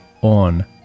on